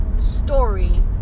story